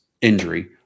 injury